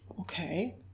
Okay